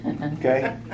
Okay